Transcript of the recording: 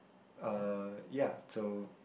uh ya so